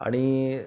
आणि